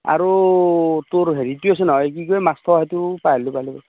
আৰু তোৰ হেৰিটো আছে নহয় কি কয় মাছ থোৱা সেইটো